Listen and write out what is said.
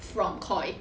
from Koi